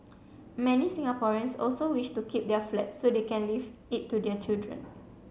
many Singaporeans also wish to keep their flat so they can leave it to their children